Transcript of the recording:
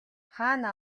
хаана